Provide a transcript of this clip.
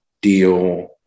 deal